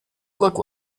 look